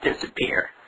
disappear